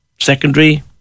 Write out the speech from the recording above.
Secondary